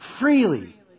freely